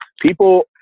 People